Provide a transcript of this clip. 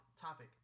topic